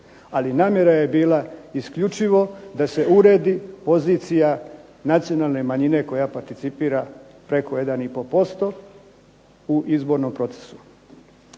Ali namjera je bila isključivo da se uredi pozicija nacionalne manjine koja participira preko 1,5% u izbornom procesu.